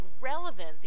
relevant